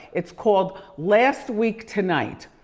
it's called, last week tonight.